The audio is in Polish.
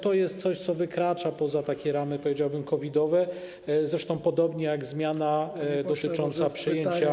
To jest coś, co wykracza poza ramy, powiedziałbym, COVID-owe, zresztą podobnie jak zmiana dotycząca przejęcia.